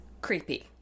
creepy